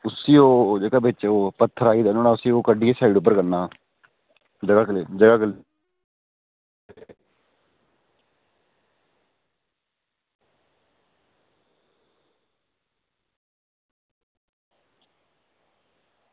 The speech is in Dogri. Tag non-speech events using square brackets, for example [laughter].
उसी ओह् जेह्का बिच्च ओह् पत्थर आई गेदा नुहाड़ा उसी ओह् कड्ढियै साइड उप्पर करना [unintelligible]